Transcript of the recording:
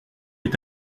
est